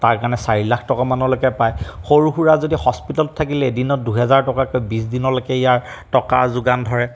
তাৰকাৰণে চাৰি লাখ টকামানলৈকে পায় সৰু সুৰা যদি হস্পিতালত থাকিলে এদিনত দুহেজাৰ টকাকৈ বিছ দিনলৈকে ইয়াৰ টকাৰ যোগান ধৰে